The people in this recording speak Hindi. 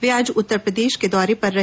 वे आज उत्तर प्रदेश के दौरे पर रहे